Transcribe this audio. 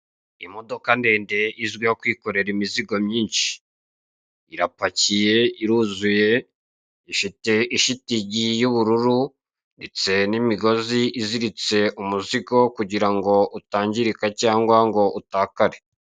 Imodoka ndende izwiho kwikorera imizigo myinshi, irapakiye iruzuye ifite ishitingi y'ubururu ndetse n'imigozi iziritse umuzigo kugirango utangirika cyangwa ngo utakare.